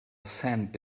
cent